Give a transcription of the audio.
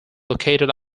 located